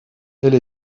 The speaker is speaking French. elle